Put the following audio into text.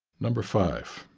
number five,